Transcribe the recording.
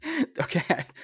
Okay